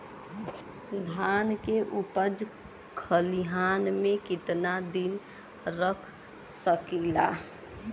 धान के उपज खलिहान मे कितना दिन रख सकि ला?